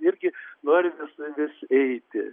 irgi norime su jumis eiti